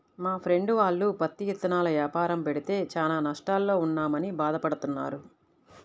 మా ఫ్రెండు వాళ్ళు పత్తి ఇత్తనాల యాపారం పెడితే చానా నష్టాల్లో ఉన్నామని భాధ పడతన్నారు